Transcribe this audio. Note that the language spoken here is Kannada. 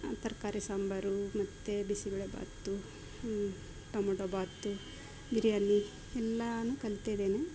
ತರಕಾರಿ ಸಾಂಬಾರು ಮತ್ತು ಬಿಸಿಬೇಳೆ ಬಾತು ಟೊಮೆಟೊ ಬಾತು ಬಿರ್ಯಾನಿ ಎಲ್ಲಾ ಕಲ್ತಿದೀನಿ